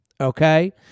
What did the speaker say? okay